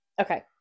Okay